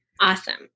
Awesome